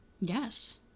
Yes